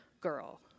girl